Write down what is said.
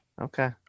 Okay